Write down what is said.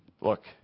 Look